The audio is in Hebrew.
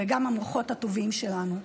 וגם המוחות הטובים שלנו.